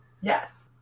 Yes